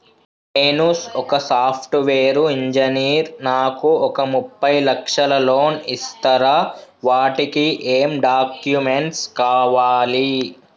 నేను ఒక software engineer నాకు ఒక ముప్పై లక్షల లోన్ ఇస్తరా? వాటికి ఏం డాక్యుమెంట్స్ కావాలి?